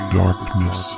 darkness